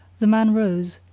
the man rose,